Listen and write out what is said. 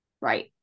right